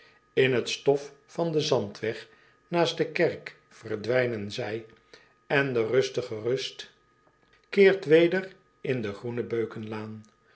in het stof van den zandweg naast de kerk verdwijnen zij en de rustige rust keert weder in de groene beukenlaan